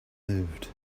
lived